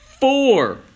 four